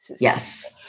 Yes